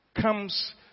comes